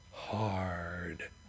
Hard